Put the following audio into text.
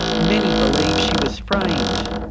many believe she was framed.